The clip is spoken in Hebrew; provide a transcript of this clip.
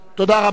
תודה רבה,